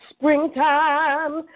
Springtime